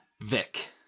Vic